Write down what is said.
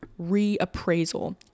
reappraisal